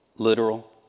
literal